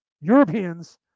Europeans